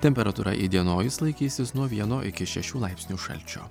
temperatūra įdienojus laikysis nuo vieno iki šešių laipsnių šalčio